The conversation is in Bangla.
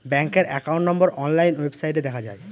ব্যাঙ্কের একাউন্ট নম্বর অনলাইন ওয়েবসাইটে দেখা যায়